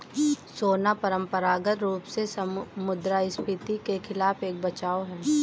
सोना परंपरागत रूप से मुद्रास्फीति के खिलाफ एक बचाव है